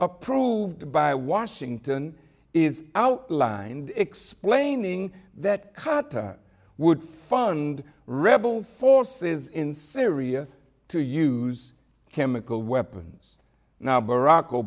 approved by washington is outlined explaining that cut would fund rebel forces in syria to use chemical weapons now b